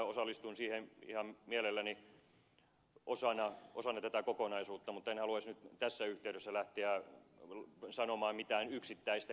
minä osallistuin siihen ihan mielelläni osana tätä kokonaisuutta mutta en haluaisi nyt tässä yhteydessä lähteä sanomaan mitään yksittäistä keinoa